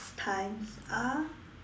times up